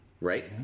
Right